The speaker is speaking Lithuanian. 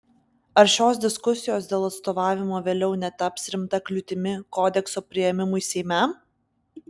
ar šios diskusijos dėl atstovavimo vėliau netaps rimta kliūtimi kodekso priėmimui seime